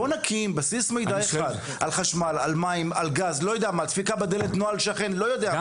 בואו נקים בסיס מידע אחד שמתכלל בפנים את החשמל,